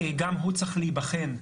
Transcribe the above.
גם הוא צריך להיבחן.